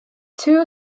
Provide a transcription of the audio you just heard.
two